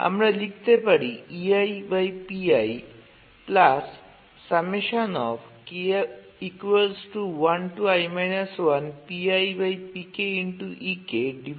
আমরা লিখতে পারি